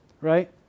right